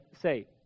say